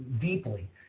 deeply